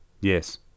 Yes